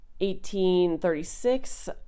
1836